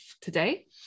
today